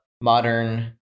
Modern